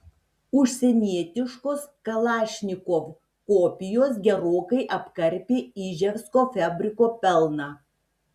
užsienietiškos kalašnikov kopijos gerokai apkarpė iževsko fabriko pelną